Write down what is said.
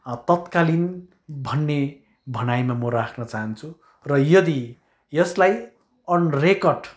तत्कालीन भन्ने भनाइमा म राख्न चाहन्छु र यदि यसलाई अन रेकर्ड